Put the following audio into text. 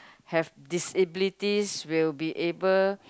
have disabilities will be able